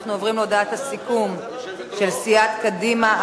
אנחנו עוברים להודעת הסיכום של סיעת קדימה,